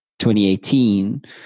2018